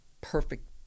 perfect